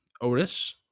otis